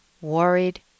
worried